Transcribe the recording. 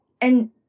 And-